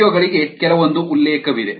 video ಗಳಿಗೆ ಕೆಲವೊಂದು ಉಲ್ಲೇಖವಿದೆ